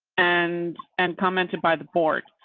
and and commented by the board.